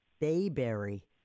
bayberry